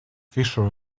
fissure